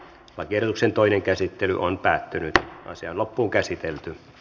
lakiehdotuksen toinen käsittely on päättynyt ja asia on päättyi